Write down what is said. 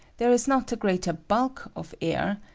there is not a greater bulk of air,